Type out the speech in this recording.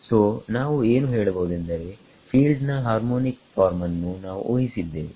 ಸೋನಾವು ಏನು ಹೇಳಬಹುದು ಎಂದರೆ ಫೀಲ್ಡ್ ನ ಹಾರ್ಮೋನಿಕ್ ಫಾರ್ಮ್ ಅನ್ನು ನಾವು ಊಹಿಸಿದ್ದೇವೆ